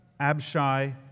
Abshai